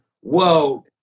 whoa